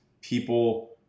people